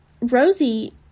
Rosie